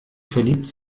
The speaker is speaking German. verliebt